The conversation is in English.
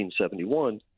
1971